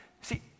See